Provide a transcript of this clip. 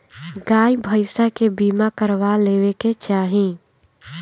गाई भईसा के बीमा करवा लेवे के चाही